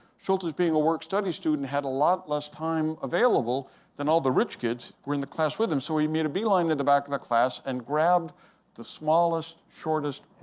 schultes being a work study student had a lot less time available than all the rich kids who were in the class with him. so he made a beeline to the back of the class and grabbed the smallest, shortest,